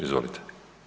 Izvolite.